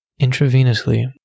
Intravenously